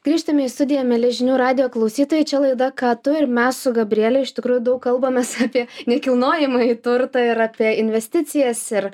grįžtame į studiją mieli žinių radijo klausytojai čia laida ką tu ir mes su gabriele iš tikrųjų daug kalbamės apie nekilnojamąjį turtą ir apie investicijas ir